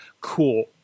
cool